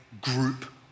group